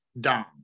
Dom